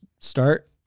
start